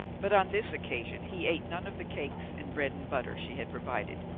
but on this occasion he ate none of the cakes and bread and butter she had provided,